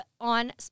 on